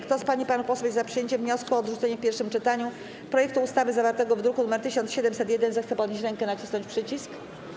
Kto z pań i panów posłów jest za przyjęciem wniosku o odrzucenie w pierwszym czytaniu projektu ustawy zawartego w druku nr 1701, zechce podnieść rękę i nacisnąć przycisk.